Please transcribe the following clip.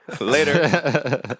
Later